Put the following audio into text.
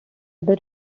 other